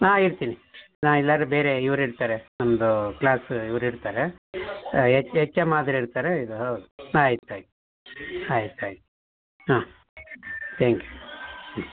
ನಾ ಇರ್ತೀನಿ ನಾ ಇಲ್ಲಾರೆ ಬೇರೆ ಇವ್ರು ಇರ್ತಾರೆ ನಮ್ಮದು ಕ್ಲಾಸ್ ಇವ್ರು ಇರ್ತಾರೆ ಎಚ್ ಎಚ್ ಎಮ್ ಆದರು ಇರ್ತಾರೆ ಇದು ಹೌದು ಆಯ್ತು ಆಯ್ತು ಆಯ್ತು ಆಯ್ತು ಹಾಂ ತ್ಯಾಂಕ್ ಯು ಹ್ಞೂ